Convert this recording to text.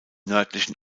nördlichen